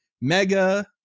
Mega